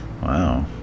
Wow